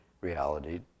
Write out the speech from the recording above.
reality